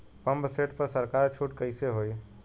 Pump set पर सरकार छूट कईसे होई?